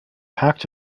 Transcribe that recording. packed